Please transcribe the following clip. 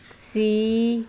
C